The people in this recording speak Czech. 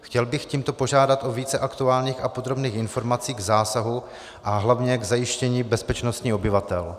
Chtěl bych tímto požádat o více aktuálních a podrobných informací k zásahu a hlavně k zajištění bezpečnosti obyvatel.